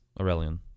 Aurelian